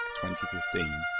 2015